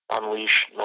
unleash